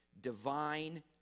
divine